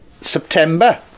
September